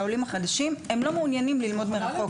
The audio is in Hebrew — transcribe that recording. העולים החדשים אינם מעוניינים ללמוד מרחוק.